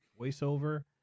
voiceover